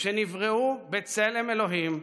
שנבראו בצלם אלוהים,